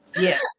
yes